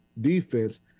defense